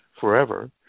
forever